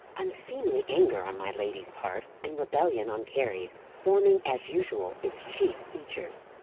unseemly anger on my lady's part, and rebellion on carry's, forming, as usual, its chief features.